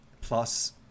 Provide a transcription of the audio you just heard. plus